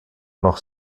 noch